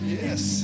yes